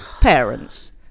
parents